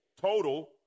total